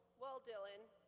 well, dylan,